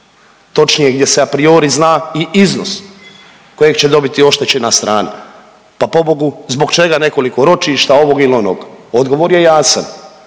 Točnije, gdje se apriori zna i iznos kojeg će dobiti oštećena strana. Pa pobogu, zbog čega nekoliko ročišta, ovog ili onog, odgovor je jasan.